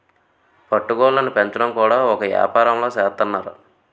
పట్టు గూళ్ళుని పెంచడం కూడా ఒక ఏపారంలా సేత్తన్నారు